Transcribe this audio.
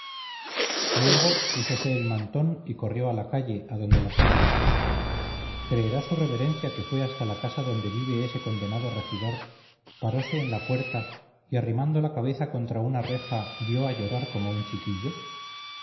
luego púsose el mantón y corrió a la calle adonde la seguí creerá su reverencia que fue hasta la casa donde vive ese condenado regidor parose en la puerta y arrimando la cabeza contra una reja dio a llorar como un chiquillo